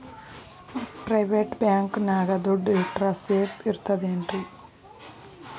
Private bank ನ್ಯಾಗ್ ದುಡ್ಡ ಇಟ್ರ ಸೇಫ್ ಇರ್ತದೇನ್ರಿ?